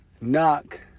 knock